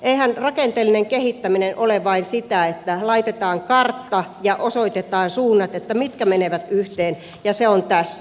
eihän rakenteellinen kehittäminen ole vain sitä että laitetaan kartta ja osoitetaan suunnat mitkä menevät yhteen ja se on tässä